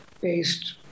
based